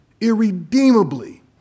irredeemably